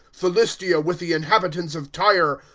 philiatia, with the inhabitants of tyre.